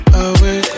away